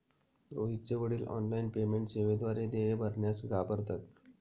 रोहितचे वडील online payment सेवेद्वारे देय भरण्यास घाबरतात